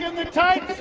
the tight